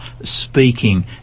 speaking